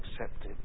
accepted